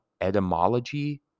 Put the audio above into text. Etymology